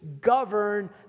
govern